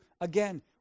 again